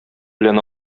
белән